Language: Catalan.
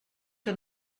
que